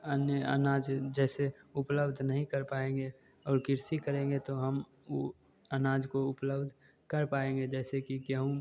अन्य अनाज जैसे उपलब्ध नहीं कर पाएँगे और कृषि करेंगे तो हम उ आनाज को उपलब्ध कर पाएँगे जैसे कि गेहूँ